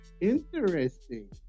Interesting